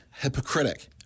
hypocritic